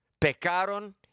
pecaron